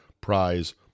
prize